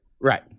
right